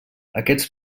aquests